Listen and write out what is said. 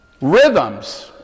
Rhythms